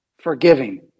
forgiving